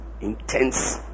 intense